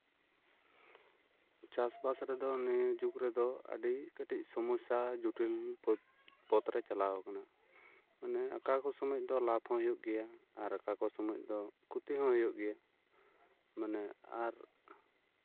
ᱪᱟᱥ ᱵᱟᱥ ᱨᱮᱫᱚ ᱱᱤᱭᱟᱹ ᱡᱩᱜᱽ ᱨᱮᱫᱚ ᱟᱹᱰᱤ ᱠᱟᱹᱴᱤᱡ ᱥᱚᱢᱚᱥᱥᱟ ᱡᱚᱴᱤᱞ ᱯᱚᱫ ᱯᱚᱫᱨᱮ ᱪᱟᱞᱟᱣ ᱠᱟᱱᱟ ᱢᱟᱱᱮ ᱚᱠᱟ ᱠᱚ ᱥᱚᱢᱚᱭ ᱫᱚ ᱞᱟᱵᱷ ᱦᱚᱸ ᱦᱩᱭᱩᱜ ᱜᱮᱭᱟ ᱟᱨ ᱚᱠᱟ ᱠᱚ ᱥᱚᱢᱚᱭ ᱫᱚ ᱠᱷᱚᱛᱤ ᱦᱚᱸ ᱦᱩᱭᱩᱜ ᱜᱮᱭᱟ ᱢᱟᱱᱮ ᱟᱨ